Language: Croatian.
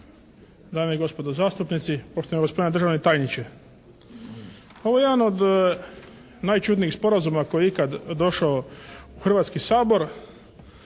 dame i gospodo zastupnici, poštovani gospodine državni tajniče. Ovo je jedan od najčudnijih sporazuma koje je ikad došao u Hrvatski sabor,